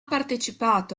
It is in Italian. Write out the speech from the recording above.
partecipato